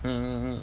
mm mm mm